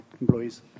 employees